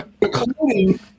Including